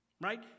Right